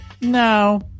No